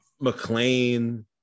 McLean